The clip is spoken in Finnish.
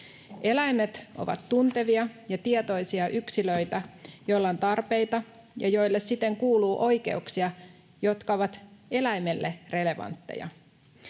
Eläimet ovat tuntevia ja tietoisia yksilöitä, joilla on tarpeita ja joille siten kuuluu oikeuksia, jotka ovat eläimille relevantteja.